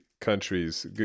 countries